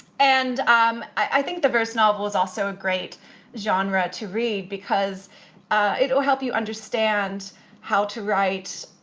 and um i think the verse novel is also a great genre to read because it'll help you understand how to write.